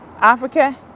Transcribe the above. Africa